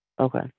Okay